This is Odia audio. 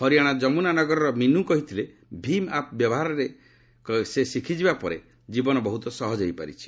ହରିଆଣା ଯମୁନା ନଗରର ମିନୁ କହିଥିଲେ ଭୀମ୍ ଆପ୍ ବ୍ୟବହାର ସେ ଶିଖିଯିବା ପରେ ଜୀବନ ବହୁତ ସହଜ ହୋଇପାରିଛି